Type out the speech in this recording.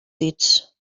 dits